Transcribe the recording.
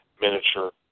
miniature